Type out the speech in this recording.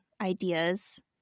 ideas